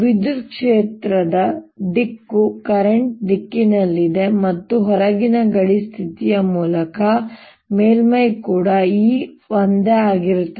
ವಿದ್ಯುತ್ ಕ್ಷೇತ್ರದ ದಿಕ್ಕು ಕರೆಂಟ್ ದಿಕ್ಕಿನಲ್ಲಿದೆ ಮತ್ತು ಹೊರಗಿನ ಗಡಿ ಸ್ಥಿತಿಯ ಮೂಲಕ ಮೇಲ್ಮೈ ಕೂಡ E ಒಂದೇ ಆಗಿರುತ್ತದೆ